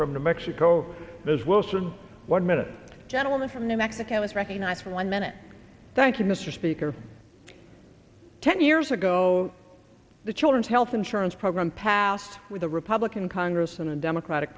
from new mexico as wilson one minute gentleman from new mexico is recognized for one minute thank you mr speaker ten years ago the children's health insurance program passed with a republican congress and a democratic